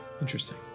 Interesting